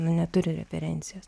nu neturi referencijos